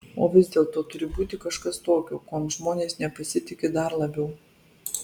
o vis dėlto turi būti kažkas tokio kuom žmonės nepasitiki dar labiau